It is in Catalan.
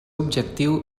objectiu